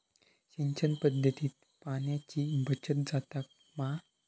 सिंचन पध्दतीत पाणयाची बचत जाता मा?